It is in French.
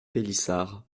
pélissard